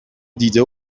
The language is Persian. دیده